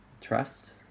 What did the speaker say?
trust